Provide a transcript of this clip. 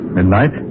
midnight